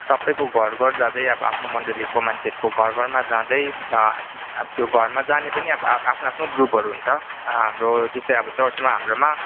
सबैको घर घर जाँदै अब आफ्नो मण्डलीको मान्छेहरूको घर घरमा जाँदै अब त्यो घरमा जाने पनि अब आफ्नो आफ्नो ग्रुपहरू हुन्छ हाम्रो जस्तै अब चर्चमा हाम्रोमा